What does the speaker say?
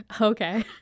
Okay